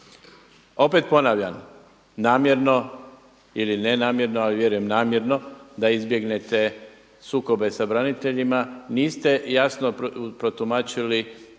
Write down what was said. Opet ponavljam, namjerno ili ne namjerno, ali vjerujem namjerno, da izbjegnete sukobe sa braniteljima niste jasno protumačili